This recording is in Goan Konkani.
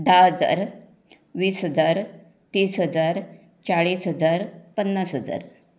धा हजार वीस हजार तीस हजार चाळीस हजार पन्नास हजार